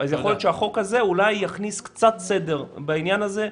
אז יכול להיות שהחוק הזה יכניס קצת סדר בעניין הזה,